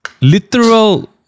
literal